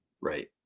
Right